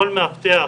כל מאבטח